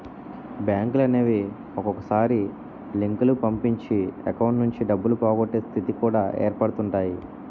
బ్యాంకులనేవి ఒక్కొక్కసారి లింకులు పంపించి అకౌంట్స్ నుంచి డబ్బులు పోగొట్టే స్థితి కూడా ఏర్పడుతుంటాయి